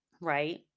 right